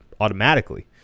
Automatically